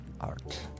art